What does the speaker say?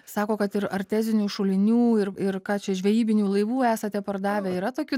sako kad ir artezinių šulinių ir ir ką čia žvejybinių laivų esate pardavę yra tokių